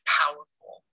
powerful